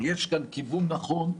יש כאן כיוון נכון,